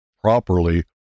properly